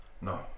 No